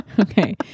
Okay